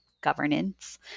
governance